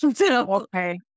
okay